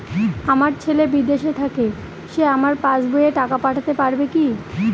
আমার ছেলে বিদেশে থাকে সে আমার পাসবই এ টাকা পাঠাতে পারবে কি?